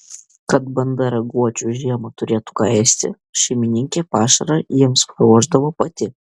kad banda raguočių žiemą turėtų ką ėsti šeimininkė pašarą jiems paruošdavo pati